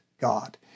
God